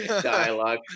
dialogue